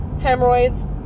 Hemorrhoids